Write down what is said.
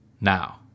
now